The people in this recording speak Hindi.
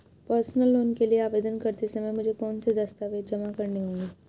पर्सनल लोन के लिए आवेदन करते समय मुझे कौन से दस्तावेज़ जमा करने होंगे?